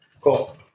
Cool